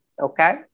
Okay